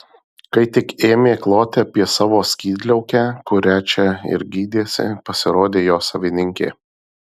kai tik ėmė kloti apie savo skydliaukę kurią čia ir gydėsi pasirodė jo savininkė